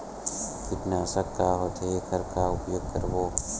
कीटनाशक का होथे एखर का उपयोग करबो?